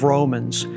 Romans